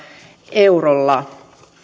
eurolla